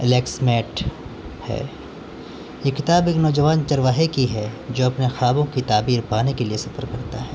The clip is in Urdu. الیکس میٹ ہے یہ کتاب ایک نوجوان چرواہے کی ہے جو اپنے خوابوں کی تعبیر پانے کے لیے سترک رہتا ہے